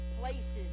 places